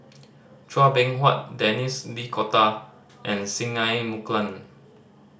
Chua Beng Huat Denis D'Cotta and Singai Mukilan